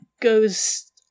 goes